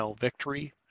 victory